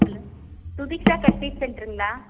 hello Subiksha cut piece சென்டருங்களா